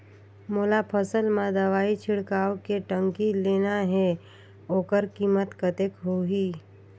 मोला फसल मां दवाई छिड़काव के टंकी लेना हे ओकर कीमत कतेक होही?